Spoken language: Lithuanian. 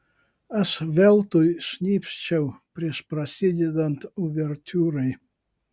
aš veltui šnypščiau prieš prasidedant uvertiūrai